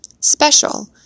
Special